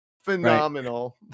phenomenal